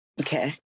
Okay